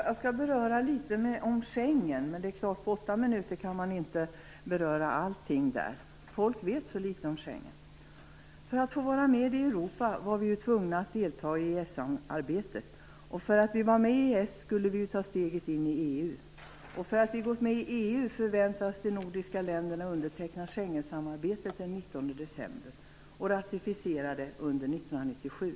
Fru talman! Jag skall tala litet om Schengen, men man kan inte beröra allt på åtta minuter. Folk vet så litet om Schengen. För att få vara med i Europa var vi ju tvungna att delta i EES-arbetet, eftersom vi var med i EES skulle vi ju ta steget in i EU och eftersom vi gått med i EU förväntas de nordiska länderna underteckna Schengensamarbetet den 19 december och ratificera det under 1997.